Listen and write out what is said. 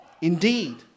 Indeed